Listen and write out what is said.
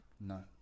No